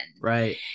Right